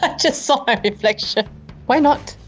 ah just saw my reflection why not?